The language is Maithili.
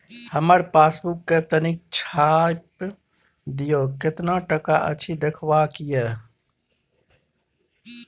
हमर पासबुक के तनिक छाय्प दियो, केतना टका अछि देखबाक ये?